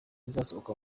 izasohoka